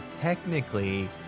technically